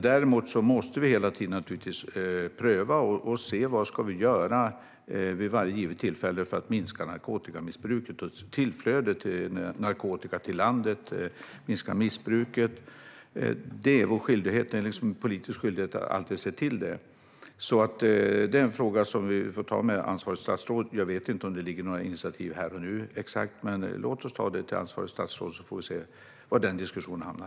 Däremot måste vi hela tiden pröva och se vad vi ska göra vid varje givet tillfälle för att minska narkotikamissbruket och inflödet av narkotika i landet. Att alltid försöka minska missbruket är vår politiska skyldighet. Det här är en fråga vi får ta med ansvarigt statsråd. Jag vet inte om det ligger några initiativ exakt här och nu. Men låt oss ta det till ansvarigt statsråd, så får vi se var diskussionen hamnar.